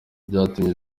byatumye